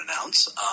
announce